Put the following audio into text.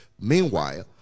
Meanwhile